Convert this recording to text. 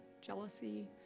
jealousy